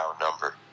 number